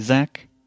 Zach